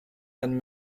and